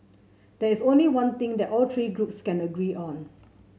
there is only one thing that all three groups can agree on